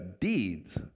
deeds